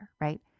right